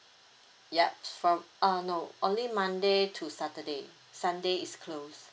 yup from uh no only monday to saturday sunday is closed